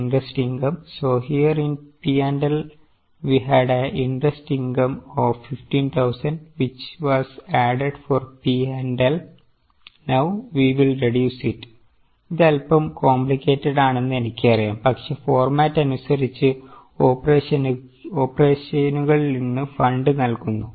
See here in P and L we had a interest income of 15000 which was added for P and L now we will reduce it ഇത് അൽപ്പം complicated ആണെന്ന് എനിക്കറിയാം പക്ഷേ format അനുസരിച്ച് ഓപ്പറേഷനുകളിൽ നിന്ന് fund നൽകുന്നു